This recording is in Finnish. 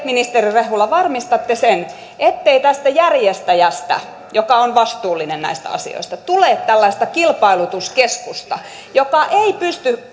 ministeri rehula varmistatte sen ettei tästä järjestäjästä joka on vastuullinen näissä asioissa tule tällaista kilpailutuskeskusta joka ei pysty